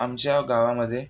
आमच्या गावामध्ये